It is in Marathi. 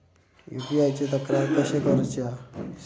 यू.पी.आय ची तक्रार कशी करुची हा?